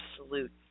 absolute